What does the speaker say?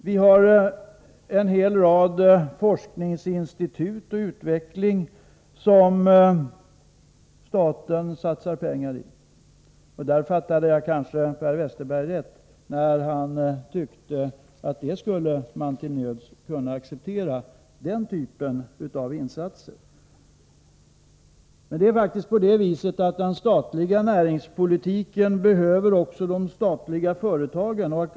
Vi har en hel rad forskningsoch utvecklingsinstitut som staten satsar pengar i. Där fattade jag kanske Per Westerberg rätt, för han tyckte att man till nöds skulle kunna acceptera den typen av insatser. Men det är faktiskt på det viset att den statliga näringspolitiken behöver också de statliga företagen.